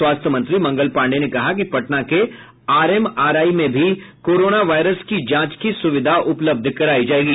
स्वास्थ्य मंत्री मंगल पांडेय ने कहा कि पटना के आरएमआरआई में भी कोरोना वायरस की जांच की सुविधा उपलब्ध करायी जायेगी